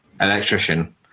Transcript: electrician